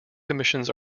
commissions